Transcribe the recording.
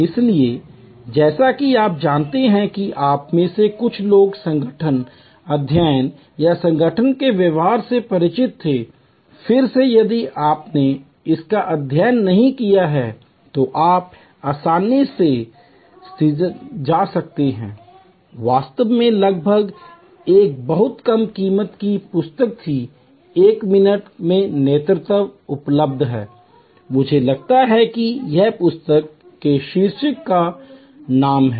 इसलिए जैसा कि आप जानते हैं कि आप में से कुछ लोग संगठन अध्ययन या संगठन के व्यवहार से परिचित थे फिर से यदि आपने इसका अध्ययन नहीं किया है तो आप आसानी से स्थितिजन्य जा सकते हैं वास्तव में लगभग एक बहुत कम कीमत की पुस्तक भी "एक मिनट में नेतृत्व" उपलब्ध हैं मुझे लगता है कि यह पुस्तक के शीर्षक का नाम है